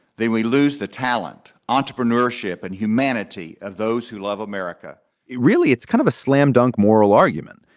then we lose the talent, entrepreneurship and humanity of those who love america really, it's kind of a slam dunk moral argument.